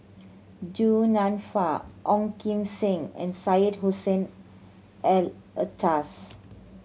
Du Nanfa Ong Kim Seng and Syed Hussein Alatas